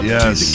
Yes